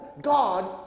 God